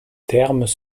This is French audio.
termes